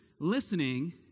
listening